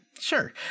Sure